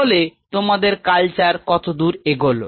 তাহলে তোমাদের কালচার কতদূর এগোল